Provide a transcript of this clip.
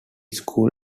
school